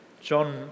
John